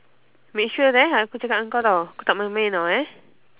make sure eh aku cakap ngan kau tau aku tak main-main eh